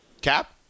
Cap